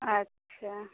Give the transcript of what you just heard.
अच्छा